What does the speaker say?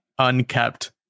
unkept